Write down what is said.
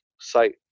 site